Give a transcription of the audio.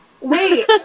Wait